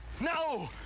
No